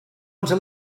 going